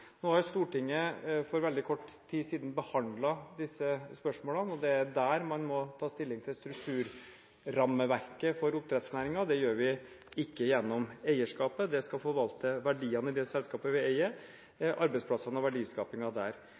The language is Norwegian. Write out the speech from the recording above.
Stortinget har for veldig kort tid siden behandlet disse spørsmålene, og det er der man må ta stilling til strukturrammeverket for oppdrettsnæringen. Det gjør vi ikke gjennom eierskapet. Det skal forvalte verdiene, arbeidsplassene og verdiskapingen i det selskapet